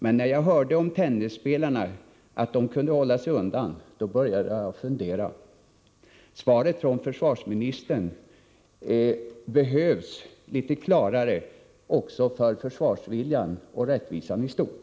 Men när jag hörde att tennisspelarna kunde hålla sig undan, då började jag fundera.” Svaret från försvarsministern behöver vara litet klarare också med tanke på försvarsviljan och rättvisan i stort.